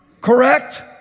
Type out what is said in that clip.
correct